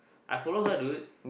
I follow her dude